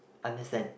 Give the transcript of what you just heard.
understand